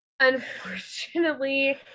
unfortunately